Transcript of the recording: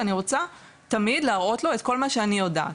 אני רוצה תמיד להראות לו את כל מה שאני יודעת.